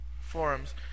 Forums